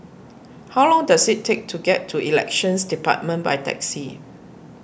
how long does it take to get to Elections Department by taxi